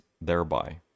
thereby